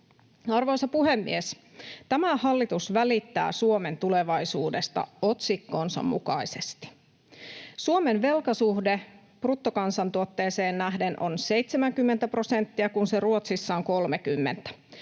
Arvoisa puhemies! Tämä hallitus välittää Suomen tulevaisuudesta otsikkonsa mukaisesti. Suomen velkasuhde bruttokansantuotteeseen nähden on 70 prosenttia, kun se Ruotsissa on 30.